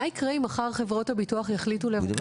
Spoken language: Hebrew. מה יקרה אם מחר חברות הביטוח יחליטו לבטל